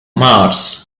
mars